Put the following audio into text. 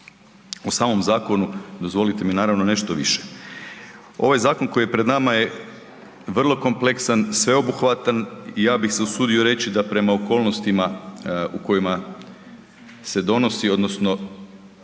U samom zakonu, dozvolite mi, naravno, nešto više. Ovaj zakon koji je pred nama je vrlo kompleksan, sveobuhvatan i ja bih se usudio reći, da prema okolnostima u kojima se donosi odnosno